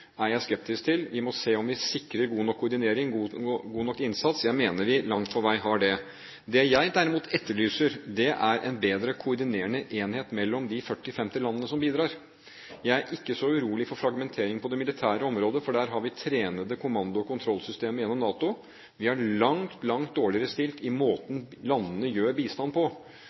er jeg skeptisk til. Vi må se om vi sikrer god nok koordinering, god nok innsats. Jeg mener vi langt på vei har det. Det jeg derimot etterlyser, er en bedre koordinerende enhet mellom de 40–50 landene som bidrar. Jeg er ikke så urolig for fragmentering på det militære området, for der har vi trenede kommando- og kontrollsystemer gjennom NATO. Vi er langt, langt dårligere stilt i måten landene gir bistand på.